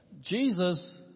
Jesus